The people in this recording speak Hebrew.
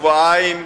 שבועיים?